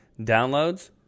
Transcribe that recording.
downloads